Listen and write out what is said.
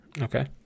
Okay